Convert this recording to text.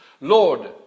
Lord